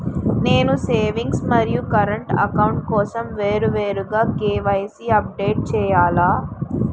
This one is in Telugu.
నేను సేవింగ్స్ మరియు కరెంట్ అకౌంట్ కోసం వేరువేరుగా కే.వై.సీ అప్డేట్ చేయాలా?